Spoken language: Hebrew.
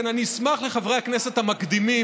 כן, אני אשמח, לחברי הכנסת המקדימים.